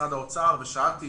במשרד האוצר ושאלתי